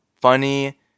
funny